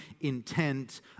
intent